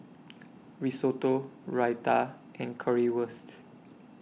Risotto Raita and Currywurst